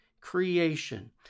creation